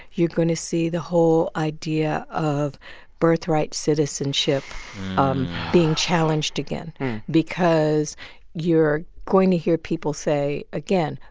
you're going to see the whole idea of birthright citizenship um being challenged again because you're going to hear people say, again,